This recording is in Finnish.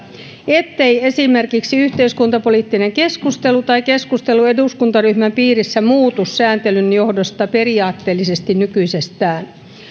ettei esimerkiksi yhteiskuntapoliittinen keskustelu tai keskustelu eduskuntaryhmän piirissä muutu sääntelyn johdosta periaatteellisesti nykyisestään lopputuloksena perustuslakivaliokunta